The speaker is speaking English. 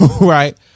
right